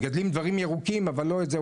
מגדלים דברים ירוקים, אבל לא את זה.